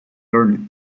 learning